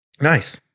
Nice